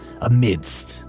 amidst